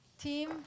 team